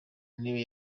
ntebe